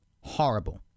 Horrible